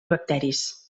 bacteris